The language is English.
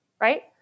right